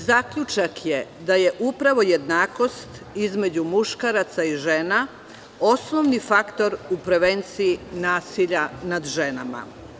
Zaključak je da je upravo jednakost između muškaraca i žena osnovni faktor u prevenciji nasilja nad ženama.